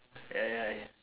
ya ya